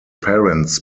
parents